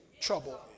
trouble